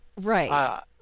Right